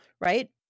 right